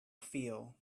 feel